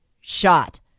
shot